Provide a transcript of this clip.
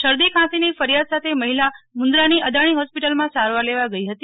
શરદી ખાંસીની ક્રરિયાદ સાથે મહિલા મુંદરાની અદાણી હોસ્પિટલમાં સારવાર લેવા ગઈ હતી